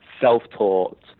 self-taught